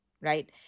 right